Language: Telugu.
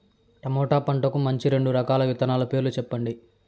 టమోటా పంటకు మంచి రెండు రకాల విత్తనాల పేర్లు సెప్పండి